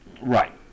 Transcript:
Right